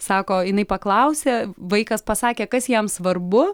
sako jinai paklausė vaikas pasakė kas jam svarbu